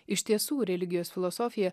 iš tiesų religijos filosofiją